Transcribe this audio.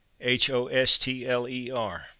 H-O-S-T-L-E-R